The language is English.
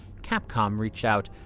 capcom reached out.